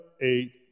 eight